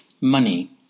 Money